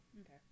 Okay